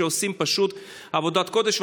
שעושים פשוט עבודת קודש.